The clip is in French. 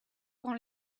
quand